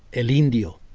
aileen deal